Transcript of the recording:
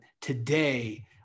today